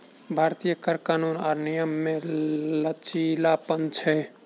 भारतीय कर कानून आर नियम मे लचीलापन छै